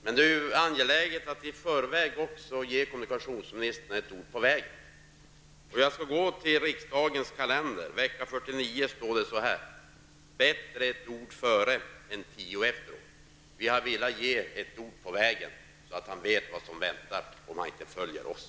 Men det är angeläget att vi redan nu ger kommunikationsministern några ord på vägen. Jag skall gå till riksdagens kalender. För vecka 49 står det så här: Bättre ett ord före än tio efteråt. -- Vi har velat ge ett ord på vägen, så att kommunikationsministern vet vad som väntar, om han inte följer oss.